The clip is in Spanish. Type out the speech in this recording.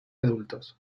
adultos